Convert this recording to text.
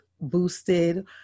boosted